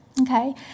Okay